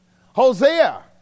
Hosea